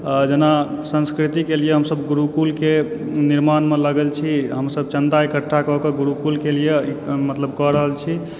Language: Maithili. आ जेना संस्कृति के लिए हमसभ गुरुकुल के निर्माणमे लागल छी हमसभ चन्दा इकट्ठा कए कऽ गुरुकुल कऽ लियऽ मतलब कऽ रहल छी